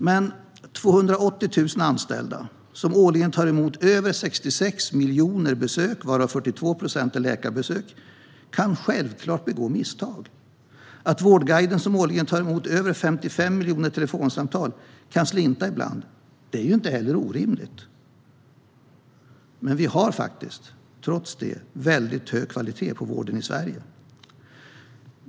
Men 280 000 anställda som årligen tar emot över 66 miljoner besök, varav 42 procent är läkarbesök, kan självklart begå misstag. Att Vårdguiden som årligen tar emot över 55 miljoner telefonsamtal kan slinta ibland är inte heller orimligt. Trots detta har vi en väldigt hög kvalitet på vården i Sverige.